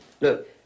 Look